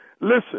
Listen